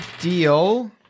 deal